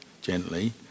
gently